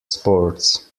sports